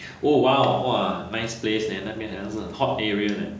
oh !wow! !wah! nice place leh 那边好像是 main hot area leh